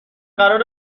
قراره